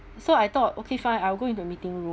so I thought okay fine I'll go into meeting room